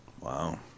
Wow